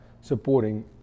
supporting